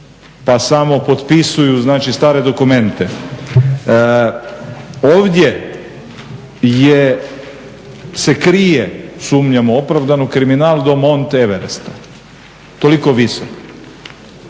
pa samo potpisuju znači stare dokumente. Ovdje je se krije, sumnjamo opravdano kriminal do Mount Everesta, toliko visok.